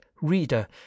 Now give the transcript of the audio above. reader